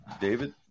David